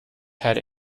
had